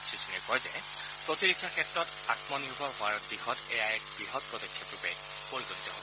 শ্ৰীসিঙে কয় যে প্ৰতিৰক্ষা ক্ষেত্ৰত আমনিৰ্ভৰশীল হোৱাৰ দিশত এয়া এক বৃহৎ পদক্ষেপ ৰূপে পৰিগণিত হব